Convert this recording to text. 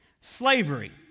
slavery